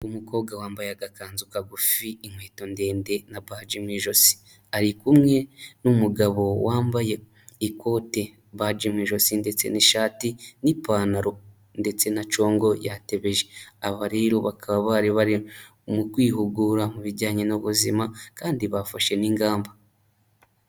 Umukobwa wambaye agakanzu kagufi, inkweto ndende na baji mu ijosi, ari kumwe n'umugabo wambaye ikote, baji mu ijosi ndetse n'ishati n'ipantaro ndetse na congo yatebeje, aba rero bakaba bari bari mu kwihugura mu bijyanye n'ubuzima kandi bafashe n'ingamba.